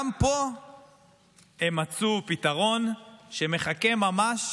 גם פה הם מצאו פתרון שמחכה ממש